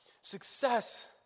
success